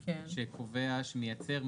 שקובע: שמייצר,